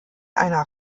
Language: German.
einer